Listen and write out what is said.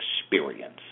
experience